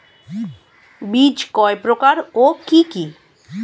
বীজ কয় প্রকার ও কি কি?